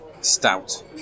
stout